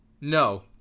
No